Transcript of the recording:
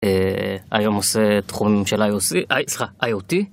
היום עושה תחומים של IOT.